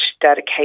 dedication